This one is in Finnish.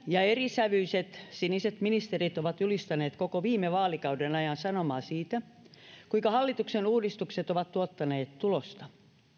ja erisävyiset siniset ministerit ovat julistaneet koko viime vaalikauden ajan sanomaa siitä kuinka hallituksen uudistukset ovat tuottaneet tulosta